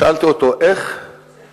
שאלתי אותו: איך אתה,